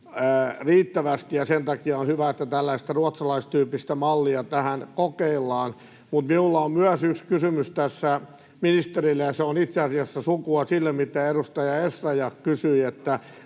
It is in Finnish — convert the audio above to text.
riittävästi, ja sen takia on hyvä, että tällaista ruotsalaistyyppistä mallia tähän kokeillaan. Minulla on myös yksi kysymys ministerille, ja se on itse asiassa sukua sille, mitä edustaja Essayah kysyi.